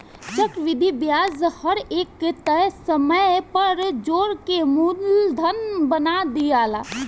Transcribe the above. चक्रविधि ब्याज हर एक तय समय पर जोड़ के मूलधन बना दियाला